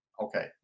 okay